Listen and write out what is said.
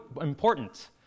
important